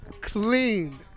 clean